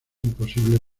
imposible